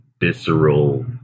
visceral